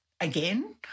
again